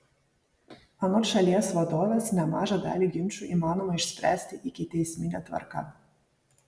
anot šalies vadovės nemažą dalį ginčų įmanoma išspręsti ikiteismine tvarka